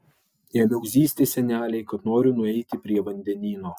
ėmiau zyzti senelei kad noriu nueiti prie vandenyno